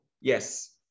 Yes